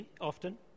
often